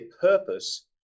purpose